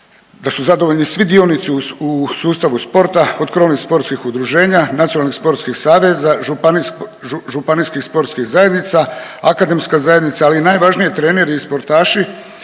da su zadovoljni svi dionici u sustavu sporta, od krovnih sportskih udruženja, nacionalnih sportskih saveza, županijskih sportskih zajednica, akademska zajednica, ali i najvažnije treneri i sportaši